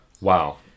wow